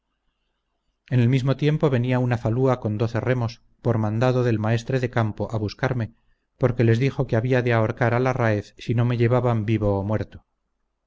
en el mismo tiempo venía una falúa con doce remos por mandado del maestre de campo a buscarme porque les dijo que había de ahorcar al arráez si no me llevaban vivo o muerto